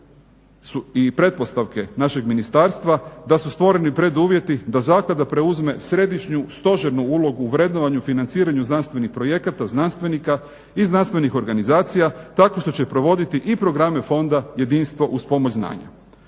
i pretpostavke našeg ministarstva da su stvoreni preduvjeti da zaklada preuzme središnju stožernu ulogu u vrednovanju financiranju znanstvenih projekata, znanstvenika i znanstvenih organizacija, tako što će provoditi i programe fonda jedinstvo uz pomoć znanja.